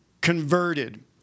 converted